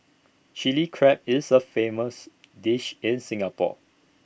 Chilli Crab is A famous dish in Singapore